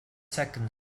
second